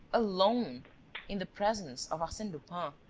alone in the presence of arsene lupin,